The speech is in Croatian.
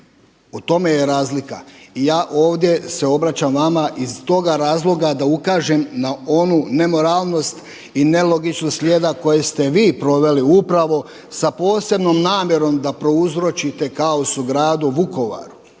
o tome je razlika. I ja ovdje se obraćam vama iz toga razloga da ukažem na onu nemoralnost i nelogičnost slijeda koju ste vi proveli upravo sa posebnom namjerom da prouzročite kaos u gradu Vukovaru.